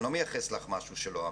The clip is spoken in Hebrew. לא מייחס לך משהו שלא אמרת.